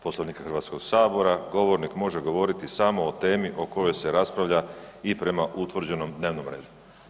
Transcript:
Poslovnika Hrvatskog sabora, govornik može govoriti samo o temi o kojoj se raspravlja i prema utvrđenom dnevnom redu.